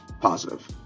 positive